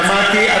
שמעתי.